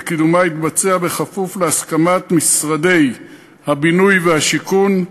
וקידומה יתבצע בכפוף להסכמת משרד הבינוי והשיכון,